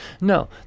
No